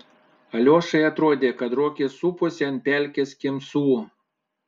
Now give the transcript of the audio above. aliošai atrodė kad rogės suposi ant pelkės kimsų